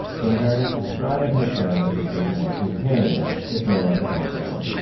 the inheritance is driving. concern is a bit more contained, if no less daunting.